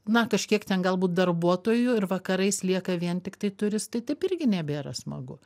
na kažkiek ten galbūt darbuotojų ir vakarais lieka vien tiktai turistai taip irgi nebėra smagu